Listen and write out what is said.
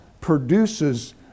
produces